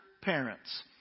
parents